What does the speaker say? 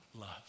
love